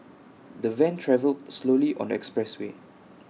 the van travelled slowly on the expressway